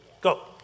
Go